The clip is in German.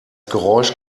geräusch